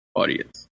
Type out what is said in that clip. audience